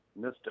Mr